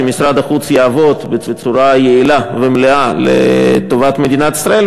שמשרד החוץ יעבוד בצורה יעילה ומלאה לטובת מדינת ישראל,